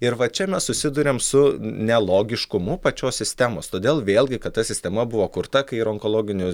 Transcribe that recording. ir va čia mes susiduriam su nelogiškumu pačios sistemos todėl vėlgi kad ta sistema buvo kurta kai ir onkologinių